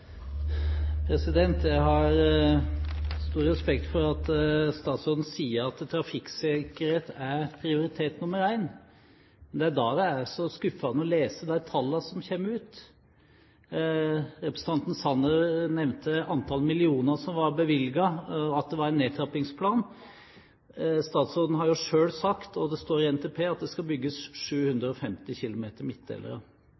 Helleland. Jeg har stor respekt for at statsråden sier at trafikksikkerhet er prioritet nr. 1. Det er da det er så skuffende å lese de tallene som kommer ut. Representanten Sanner nevnte antall millioner som var bevilget – at det var en nedtrappingsplan. Statsråden har jo selv sagt, og det står i NTP, at det skal bygges